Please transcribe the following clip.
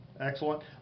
Excellent